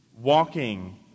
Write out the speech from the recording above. walking